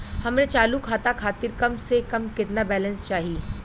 हमरे चालू खाता खातिर कम से कम केतना बैलैंस चाही?